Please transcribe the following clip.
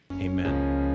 Amen